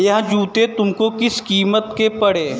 यह जूते तुमको किस कीमत के पड़े?